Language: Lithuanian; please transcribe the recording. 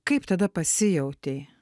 kaip tada pasijautei